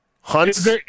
Hunt's